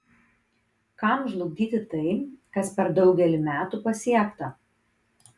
kam žlugdyti tai kas per daugelį metų pasiekta